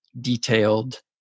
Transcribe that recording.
detailed